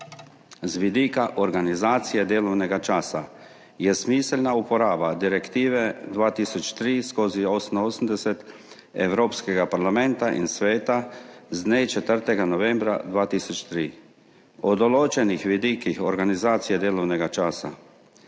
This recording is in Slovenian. z vidika organizacije delovnega časa, je smiselna uporaba direktive 2003/88 Evropskega parlamenta in Sveta z dne 4. novembra 2003 O določenih vidikih organizacije delovnega časa.